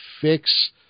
fix